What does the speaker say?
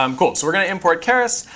um cool. so we're going to import keras.